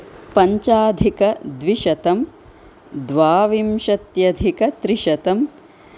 पञ्चाधिकद्विशतम् द्वाविंशत्यधिकत्रिशतम्